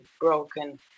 broken